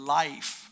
life